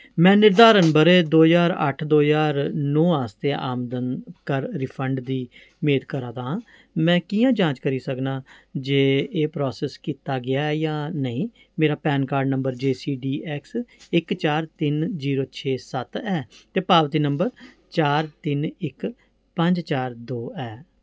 में निर्धारण ब'रे दो ज्हार अट्ठ दो ज्हार नौ आस्तै आमदन कर रिफंड दी मेद करां दा आं में कि'यां जांच करी सकनां जे एह् प्रासैस कीता गेआ ऐ जां नेईं मेरा PAN card number J C D X इक चार तिन जीरो छे सत्त ऐ ते पावजी नम्बर चार तिन इक पंज चार दो ऐ